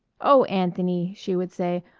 oh, anthony, she would say,